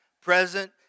present